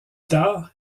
tard